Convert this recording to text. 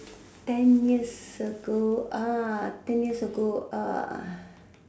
ten years ago ten years ago